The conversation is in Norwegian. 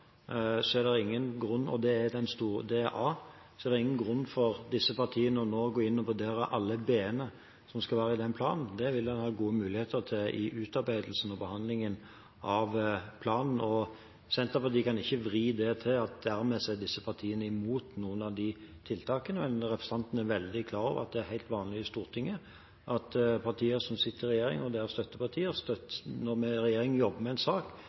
er det – og dette er «A» – ingen grunn til at disse partiene nå skal gå inn og vurdere alle «B-ene» som skal være i den planen. Det vil det være gode muligheter til i utarbeidelsen og behandlingen av planen. Senterpartiet kan ikke vri det til at dermed er disse partiene imot noen av de tiltakene. Representanten er veldig klar over at det er helt vanlig i Stortinget at når partier som sitter i regjering og deres støttepartier jobber med en sak, går en ikke inn og tar stilling til enkeltforslag som ligger i saken. Det gjør en